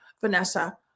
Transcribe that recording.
Vanessa